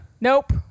nope